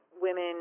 women